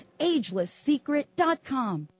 agelesssecret.com